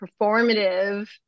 performative